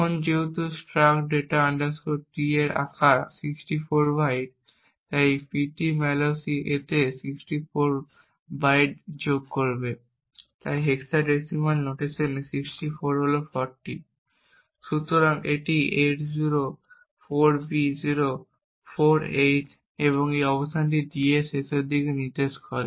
এখন যেহেতু struct data T এর আকার 64 বাইট তাই Ptmalloc এতে 64 বাইট যোগ করবে তাই হেক্সাডেসিমেল নোটেশনে 64 হল 40 সুতরাং এটি 804B048 তাই এই অবস্থানটি d এর শেষের দিকে নির্দেশ করে